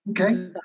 Okay